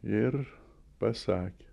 ir pasakė